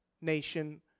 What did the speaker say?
nation